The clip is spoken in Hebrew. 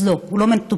אז לא, הוא לא מטופל.